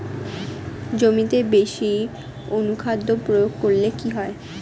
জমিতে বেশি অনুখাদ্য প্রয়োগ করলে কি হয়?